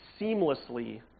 seamlessly